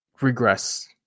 regress